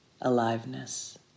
aliveness